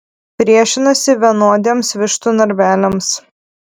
priešinasi vienodiems vištų narveliams